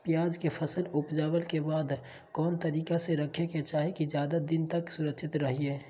प्याज के फसल ऊपजला के बाद कौन तरीका से रखे के चाही की ज्यादा दिन तक सुरक्षित रहय?